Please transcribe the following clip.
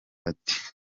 ati